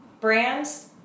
Brands